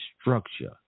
structure